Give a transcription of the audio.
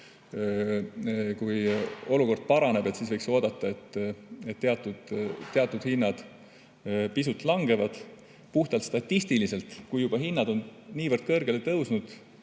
kui olukord paraneb, siis teatud hinnad pisut langevad. Puhtalt statistiliselt, kui hinnad on niivõrd kõrgele tõusnud,